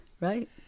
Right